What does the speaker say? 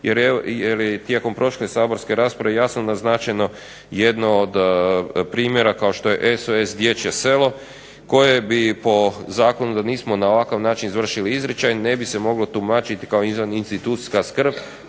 jer tijekom prošle saborske rasprave posebno naglašeno jedno od primjera kao što je SOS Dječje selo koje bi po zakonu, da nismo na ovakav način izvršili izričaj ne bi se moglo tumačiti kao izravna institucijska skrb